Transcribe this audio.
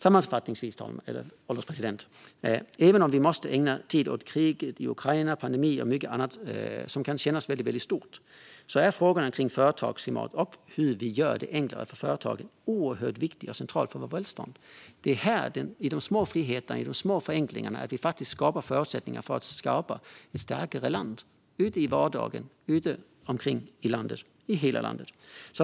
Sammanfattningsvis, herr ålderspresident: Även om vi måste ägna tid åt kriget i Ukraina, pandemin och mycket annat som kan kännas väldigt stort är frågorna kring företagsklimat och hur vi gör det enklare för företagen oerhört viktiga och centrala för vårt välstånd. Det är i de små friheterna och förenklingarna som vi faktiskt skapar förutsättningar för ett starkare land ute i vardagen, i hela landet.